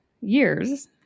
years